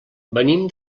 venim